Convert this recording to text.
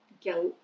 guilt